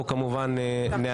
ונעדכן כמובן.